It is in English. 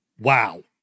wow